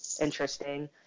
interesting